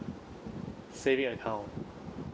saving account